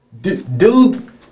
dudes